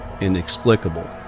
inexplicable